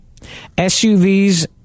SUVs